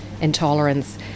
intolerance